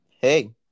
hey